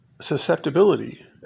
susceptibility